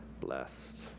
blessed